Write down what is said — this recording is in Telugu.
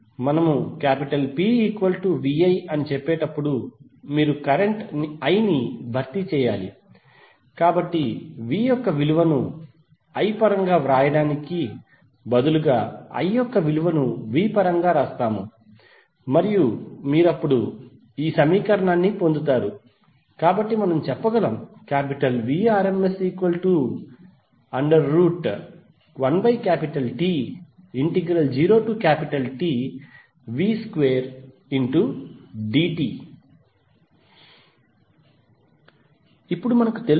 మనము Pviఅని చెప్పేటప్పుడు మీరు కరెంట్ i ని భర్తీ చేయాలి కాబట్టి v యొక్క విలువను i పరంగా వ్రాయడానికి బదులుగా i యొక్క విలువను v పరంగా వ్రాస్తాము మరియు మీరు అప్పుడు ఈ సమీకరణాన్ని పొందుతారు కాబట్టి మనం చెప్పగలం Vrms1T0Tv2dt ఇప్పుడు మనకు తెలుసు